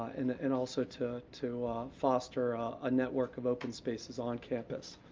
and and also to to foster a network of open spaces on campus.